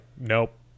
Nope